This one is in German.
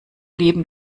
leben